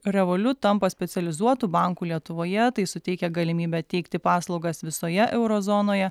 revoliut tampa specializuotu banku lietuvoje tai suteikia galimybę teikti paslaugas visoje euro zonoje